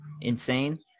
insane